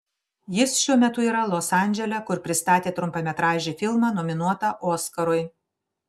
jis šiuo metu yra los andžele kur pristatė trumpametražį filmą nominuotą oskarui